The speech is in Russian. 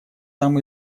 там